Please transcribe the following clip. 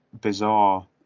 bizarre